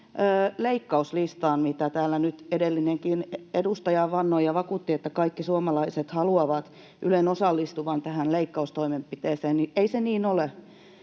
leikkauslistaan, mihin täällä nyt edellinenkin edustaja vannoi ja vakuutti, että kaikki suomalaiset haluavat Ylen osallistuvan tähän leikkaustoimenpiteeseen, niin ei se niin ole.